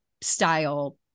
style